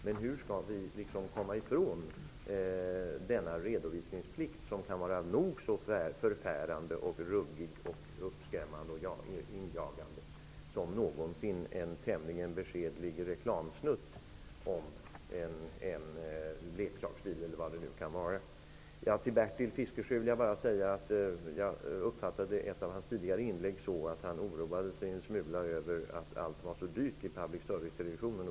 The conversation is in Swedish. Men hur skall vi komma ifrån denna redovisningsplikt, som kan vara nog så förfärande, ruggig, skrämmande och uppjagande som någonsin en tämligen beskedlig reklamsnutt om en leksaksbil eller något annat? Till Bertil Fiskesjö vill jag bara säga att jag uppfattade ett av hans tidigare inlägg så att han oroade sig en smula över att allt var så dyrt i public service-televisionen.